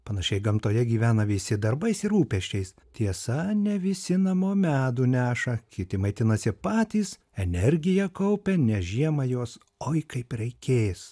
panašiai gamtoje gyvena visi darbais rūpesčiais tiesa ne visi namo medų neša kiti maitinasi patys energiją kaupia nes žiemą jos oi kaip reikės